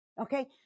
Okay